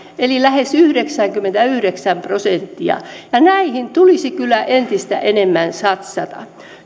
eli lähes yhdeksänkymmentäyhdeksän prosenttia ja näihin tulisi kyllä entistä enemmän satsata